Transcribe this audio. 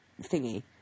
thingy